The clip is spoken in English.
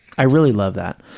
i really love that.